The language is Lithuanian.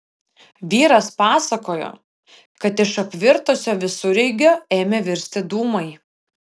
vyras pasakojo kad iš apvirtusio visureigio ėmė virsti dūmai